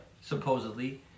supposedly